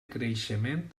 creixement